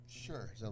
Sure